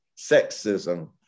sexism